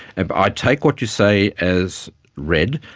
and i take what you say as read.